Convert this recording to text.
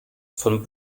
von